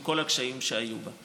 עם כל הקשיים שהיו בה?